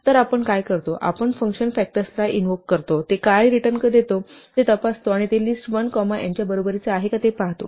तर आपण काय करतो आपण फंक्शन फॅक्टर्सना इनव्हॉक करतो आणि ते काय रिटर्न देतो ते तपासतो आणि ते लिस्ट 1 कॉमा n च्या बरोबरीचे आहे का ते पाहतो